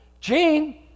Gene